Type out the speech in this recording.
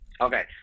Okay